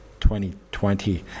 2020